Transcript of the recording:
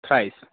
fries